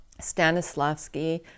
Stanislavski